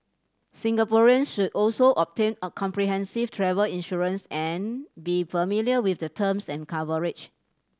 Singaporeans should also obtain a comprehensive travel insurance and be familiar with the terms and coverage